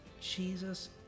Jesus